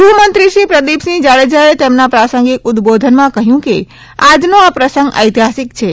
ગૃહમંત્રી શ્રી પ્રદિપસિંહ જાડેજાએ તેમના પ્રાસાંગિક ઉદબોધનમાં કહ્યું કે આજનો આ પ્રસંગ ઐતિહાસિક છે